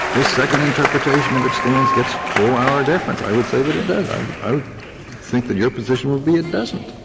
this second interpretation of its stance gets full auer deference. i would say that it does. i would i would think that your position would be that it doesn't.